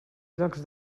llocs